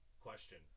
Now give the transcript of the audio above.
Question